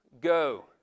go